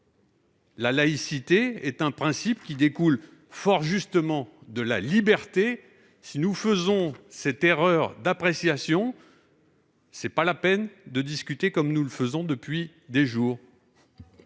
La laïcité est un principe qui découle de la liberté. Si nous faisons cette erreur d'appréciation, ce n'est pas la peine de discuter comme nous le faisons depuis des jours.